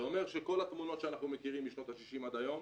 זה אומר שכל התמונות שאנחנו מכירים משנות ה-60 עד היום,